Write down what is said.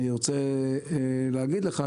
אני רוצה להגיד לך,